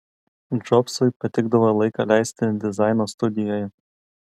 džobsui patikdavo laiką leisti dizaino studijoje